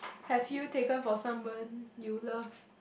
have you taken for someone you love